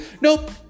Nope